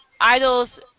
idols